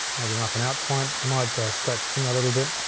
maybe mark an out point. i might scratch trim that a little bit. um